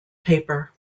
paper